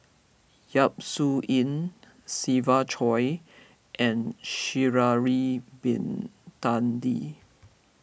Yap Su Yin Siva Choy and Sha'ari Bin Tadin